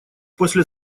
после